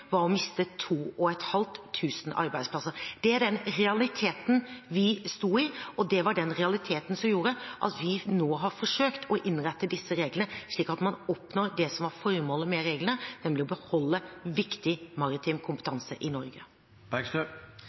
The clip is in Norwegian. var å miste 2 500 arbeidsplasser. Det var den realiteten vi sto i, og det var den realiteten som gjorde at vi nå har forsøkt å innrette disse reglene slik at man oppnår det som var formålet med reglene, nemlig å beholde viktig maritim kompetanse i